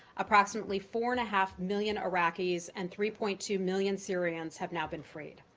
approximately four and a half million iraqis, and three point two million syrians have now been freed.